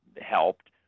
helped